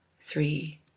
three